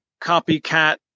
copycat